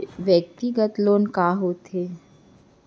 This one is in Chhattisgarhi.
व्यक्तिगत लोन का होथे?